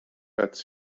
als